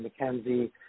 McKenzie